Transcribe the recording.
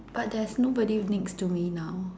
but there's nobody next to me now